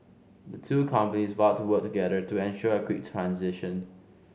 the two companies vowed to work together to ensure a quick transition